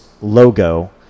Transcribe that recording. logo